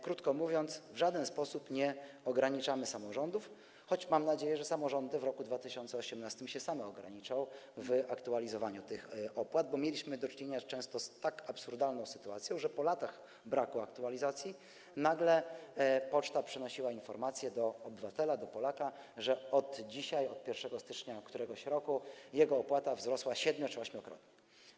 Krótko mówiąc, w żaden sposób nie ograniczamy samorządów, choć mam nadzieję, że samorządy w roku 2018 same się ograniczą w aktualizowaniu tych opłat, bo często mieliśmy do czynienia z tak absurdalną sytuacją, że po latach braku aktualizacji nagle poczta przynosiła informację do obywatela, do Polaka, że od dzisiaj, od 1 stycznia któregoś roku jego opłata wzrosła 7- czy 8-krotnie.